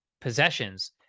possessions